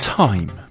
time